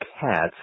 cats